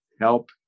help